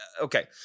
okay